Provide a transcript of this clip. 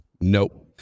Nope